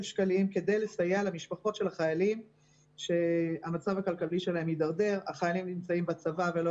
אני חושבת שהיום בתוך הצבא אנחנו לא